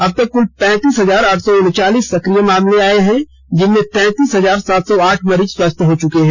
अब तक कुल पैंतीस हजार आठ सौ उनचालीस सक्रिय मामले आए हैं जिसमें तैंतीस हजार सात सौ आठ मरीज ठीक हो चुके हैं